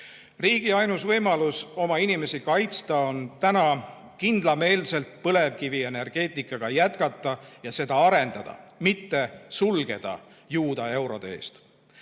Riigi ainus võimalus oma inimesi kaitsta on täna kindlameelselt põlevkivienergeetikaga jätkata ja seda arendada, mitte sulgeda Juuda eurode eest.